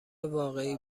واقعی